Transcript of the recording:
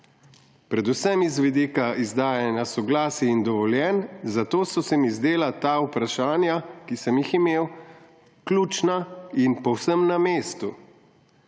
Predvsem z vidika izdajanja soglasij in dovoljenj, zato so se mi zdela ta vprašanja, ki sem jih imel, ključna in povsem na mestu.